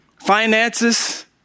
finances